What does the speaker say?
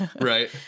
right